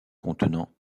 contenant